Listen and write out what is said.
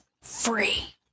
free